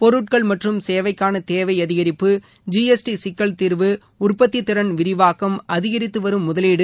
பொருட்கள் மற்றும் சேவைக்கான தேவை அதிகிப்பு ஐிஎஸ்டி சிக்கல் தீர்வு உற்பத்தி திறன் விரிவாக்கம் அதிகரித்து வரும் முதலீடு